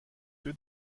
que